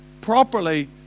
properly